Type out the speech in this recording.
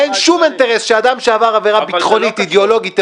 אין שום אינטרס שאדם שעבר עבירה ביטחונית אידיאולוגית,